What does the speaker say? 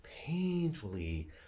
painfully